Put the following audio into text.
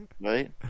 Right